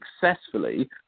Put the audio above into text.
successfully